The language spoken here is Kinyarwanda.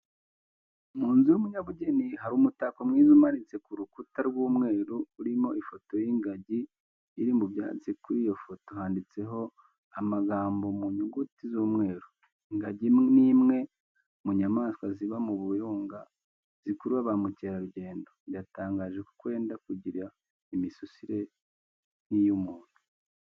Mu nzu y'umunyabugeni hari umutako mwiza umanitse ku rukuta rw'umweru urimo ifoto y'ingagi iri mu byatsi kuri iyo foto handitseo amagambo mu nyuguti z'umweru, ingagi ni imwe mu nyamaswa ziba mu birunga zikurura ba mukerarugendo iratangaje kuko yenda kugira imisusire n'iy'umuntu.